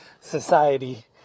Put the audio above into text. society